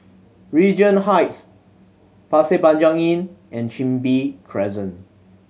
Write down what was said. Regent Heights Pasir Panjang Inn and Chin Bee Crescent